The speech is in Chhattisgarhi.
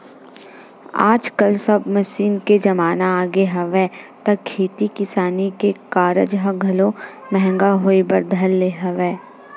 आजकल सब मसीन के जमाना आगे हवय त खेती किसानी के कारज ह घलो महंगा होय बर धर ले हवय